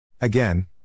Again